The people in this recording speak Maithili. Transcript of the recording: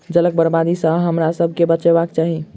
जलक बर्बादी सॅ हमरासभ के बचबाक चाही